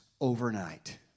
overnight